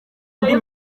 indi